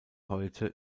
heute